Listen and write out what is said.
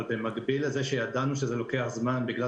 אבל במקביל לזה שידענו שזה לוקח זמן בגלל